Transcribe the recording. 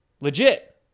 legit